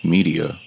Media